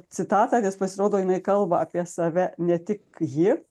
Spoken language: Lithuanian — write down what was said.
citatą nes pasirodo jinai kalba apie save ne tik ji